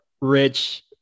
rich